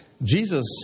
Jesus